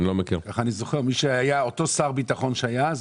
אותו שר ביטחון שהיה אז,